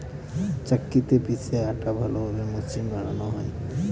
চাক্কিতে পিষে আটা ভালোভাবে মসৃন বানানো হয়